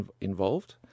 involved